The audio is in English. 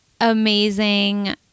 amazing